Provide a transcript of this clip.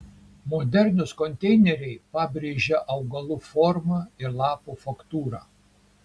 modernūs konteineriai pabrėžia augalų formą ir lapų faktūrą